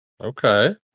Okay